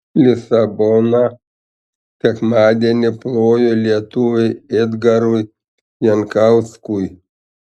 lisabona sekmadienį plojo lietuviui edgarui jankauskui